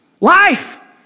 Life